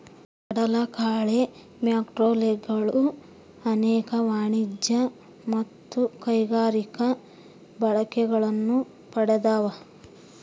ಕಡಲಕಳೆ ಮ್ಯಾಕ್ರೋಲ್ಗೆಗಳು ಅನೇಕ ವಾಣಿಜ್ಯ ಮತ್ತು ಕೈಗಾರಿಕಾ ಬಳಕೆಗಳನ್ನು ಪಡ್ದವ